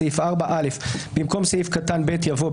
בסעיף 4 (א)במקום סעיף קטן (ב) יבוא: